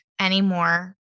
anymore